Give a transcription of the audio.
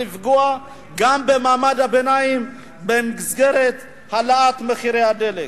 לפגוע גם במעמד הביניים במסגרת העלאת מחירי הדלק.